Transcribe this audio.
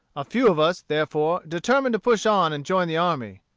a few of us, therefore, determined to push on and join the army.